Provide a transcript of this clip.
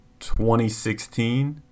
2016